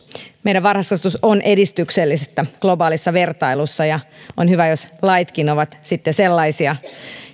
meidän varhaiskasvatuksemme on edistyksellistä globaalissa vertailussa ja on hyvä jos laitkin ovat sitten sellaisia